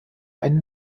einen